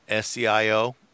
SCIO